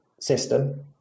system